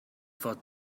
fod